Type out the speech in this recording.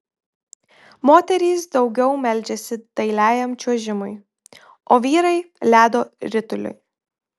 moterys daugiau meldžiasi dailiajam čiuožimui o vyrai ledo rituliui